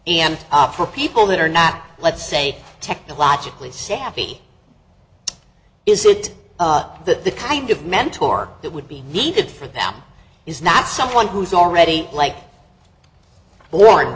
and for people that are not let's say technologically savvy is it that the kind of mentor that would be needed for that is not someone who's already like bor